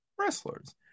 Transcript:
wrestlers